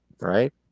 right